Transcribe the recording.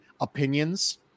opinions